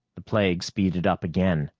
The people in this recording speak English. the plague speeded up again.